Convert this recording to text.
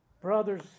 Brothers